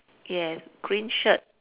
yes green shirt